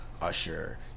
Usher